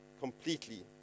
completely